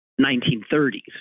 1930s